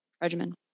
regimen